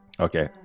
Okay